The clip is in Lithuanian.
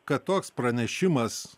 kad toks pranešimas